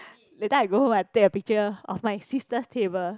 that time I go home I take a picture of my sister's table